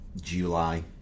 July